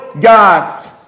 God